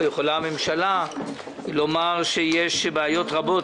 או יכולה הממשלה לומר שיש בעיות רבות,